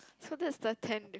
so that's the tenth